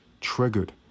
triggered